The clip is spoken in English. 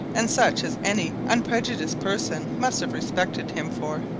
and such as any unprejudiced person must have respected him for.